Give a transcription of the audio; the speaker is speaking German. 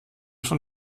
von